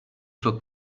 for